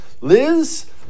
Liz